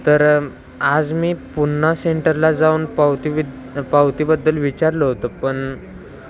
तर आज मी पुन्हा सेंटरला जाऊन पावती वित पावतीबद्दल विचारलं होतं पण